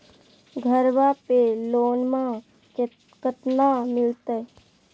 घरबा पे लोनमा कतना मिलते?